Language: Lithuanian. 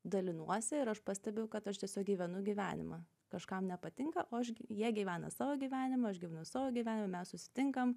dalinuosi ir aš pastebiu kad aš tiesiog gyvenu gyvenimą kažkam nepatinka o aš jie gyvena savo gyvenimą aš gyvenu savo gyvenimą mes susitinkam